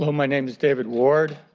my name is david ward